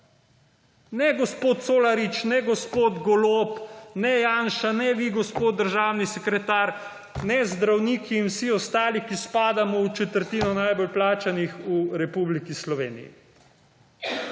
Ne gospod Colarič, ne gospod Golob, ne Janša, ne vi gospod državni sekretar, ne zdravniki in vsi ostali, ki spadamo v četrtino najbolj plačanih v Republiki Slovenji.